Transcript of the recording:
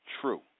true